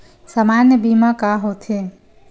सामान्य बीमा का होथे?